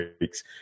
weeks